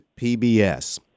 PBS